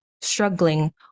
struggling